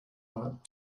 that